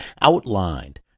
outlined